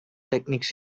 techniques